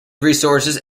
resources